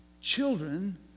Children